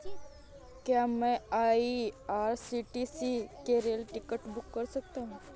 क्या मैं आई.आर.सी.टी.सी से रेल टिकट बुक कर सकता हूँ?